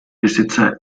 besitzer